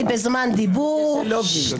זה כשל לוגי.